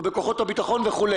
או בכוחות הביטחון וכו'.